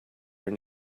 your